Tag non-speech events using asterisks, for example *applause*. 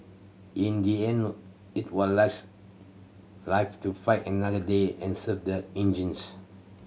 in the end it was *unintelligible* live to fight another day and save the engines